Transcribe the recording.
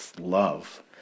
love